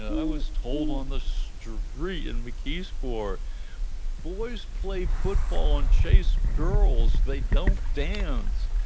i was told on the street in rickey's for boys play football and chase girls. they don't dance,